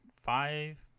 five